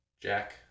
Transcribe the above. Jack